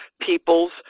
people's